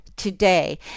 Today